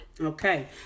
Okay